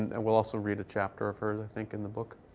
and we'll also read a chapter of hers, i think, in the book.